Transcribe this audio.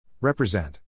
Represent